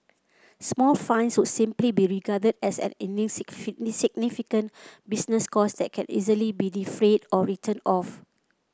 small fines would simply be regarded as an business cost that can easily be defrayed or written off